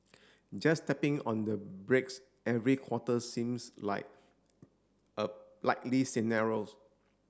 just tapping on the brakes every quarter seems like a likely scenarios